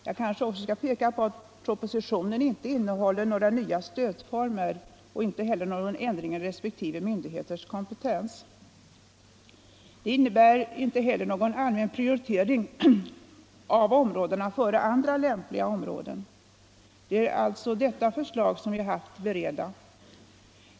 Jag kanske skall peka på att propositionen inte innehåller förslag till några nya stödformer och inte heller någon ändring i resp. myndigheters kompetens. Den innebär inte heller någon allmän prioritering av områdena före andra lämpliga områden. Det är alltså detta förslag som vi haft att bereda.